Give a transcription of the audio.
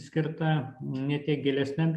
skirta ne tiek gilesniam